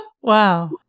Wow